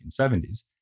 1970s